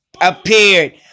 appeared